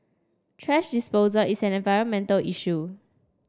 thrash disposal is an environmental issue